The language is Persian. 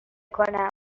کنم